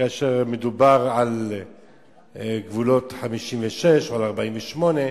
כאשר היה מדובר על גבולות 56' או על 48'